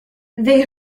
they